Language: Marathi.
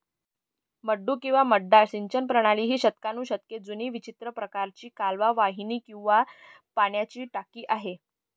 मड्डू किंवा मड्डा सिंचन प्रणाली ही शतकानुशतके जुनी विचित्र प्रकारची कालवा वाहिनी किंवा पाण्याची टाकी आहे